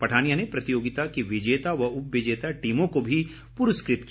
पठानिया ने प्रतियागिता की विजेता व उपविजेता टीमों को भी पुरस्कृत किया